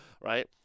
right